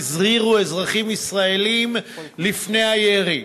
הזהירו אזרחים ישראלים לפני הירי.